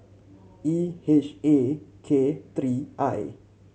E H A K three I